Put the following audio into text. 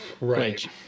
Right